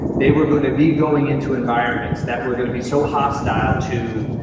they were going to be going into environments that we're going to be so hostile to.